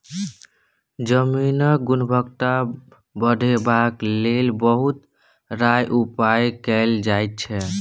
जमीनक गुणवत्ता बढ़ेबाक लेल बहुत रास उपाय कएल जाइ छै